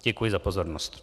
Děkuji za pozornost.